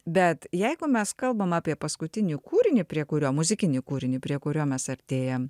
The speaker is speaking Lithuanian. bet jeigu mes kalbam apie paskutinį kūrinį prie kurio muzikinį kūrinį prie kurio mes artėjam